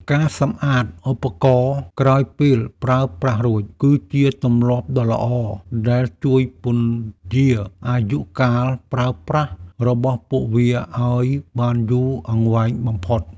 ការសម្អាតឧបករណ៍ក្រោយពេលប្រើប្រាស់រួច គឺជាទម្លាប់ដ៏ល្អដែលជួយពន្យារអាយុកាលប្រើប្រាស់របស់ពួកវាឱ្យបានយូរអង្វែងបំផុត។